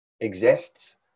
exists